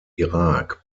irak